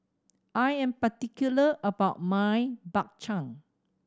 I am particular about my Bak Chang